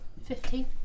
Fifteen